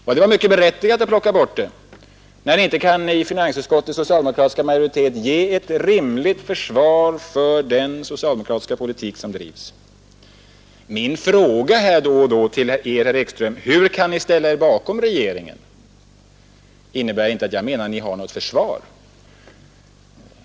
Och det var berättigat att göra det, när finansutskottets socialdemokratiska majoritet inte kan ge ett rimligt försvar för den socialdemokratiska politik som bedrivs. Min fråga, herr Ekström, hur ni kan ställa er bakom regeringen, innebär inte att ni har något försvar.